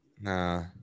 Nah